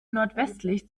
nordwestlich